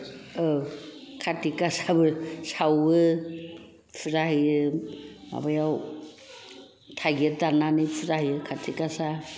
औ खार्ति गासाबो सावो फुजा होयो माबायाव थाइगिर दान्नानै फुजा होयो खार्ति गासा